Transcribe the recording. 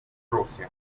rusia